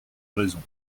raisons